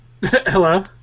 Hello